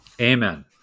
Amen